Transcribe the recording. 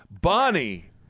Bonnie